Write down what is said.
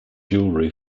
jewelry